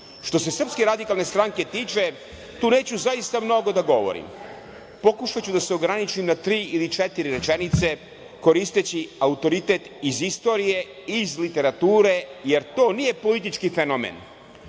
"Što se Srpske radikalne stranke tiče, tu neću zaista mnogo da govorim. Pokušaću da se ograničim na tri ili četiri rečenice, koristeći autoritet iz istorije, iz literature, jer to nije politički fenomen.